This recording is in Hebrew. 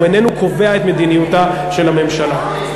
הוא איננו קובע את מדיניותה של הממשלה.